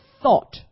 thought